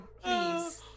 please